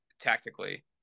tactically